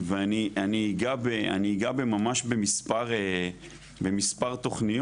ואני אגע ממש במספר תכניות